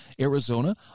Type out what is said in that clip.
Arizona